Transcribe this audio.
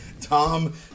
Tom